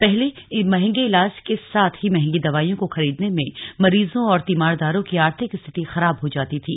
पहले महंगे इलाज के साथ ही महंगी दवाइयों को खरीदने में मरीजों और तीमारदारों की आर्थिक स्थिति खराब हो जाती थी